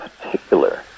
particular